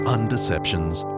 Undeceptions